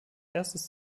erstes